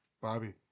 Bobby